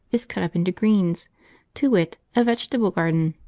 is cut up into greens to wit, a vegetable garden,